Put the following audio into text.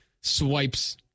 swipes